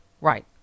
Right